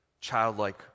childlike